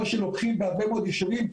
כמו שלוקחים בהרבה מאוד ישובים,